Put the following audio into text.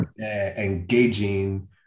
engaging